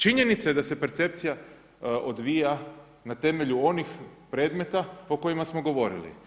Činjenica je da se percepcija odvija na temelju onih predmeta o kojima smo govorili.